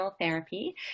therapy